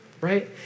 right